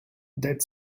that